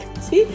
See